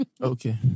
okay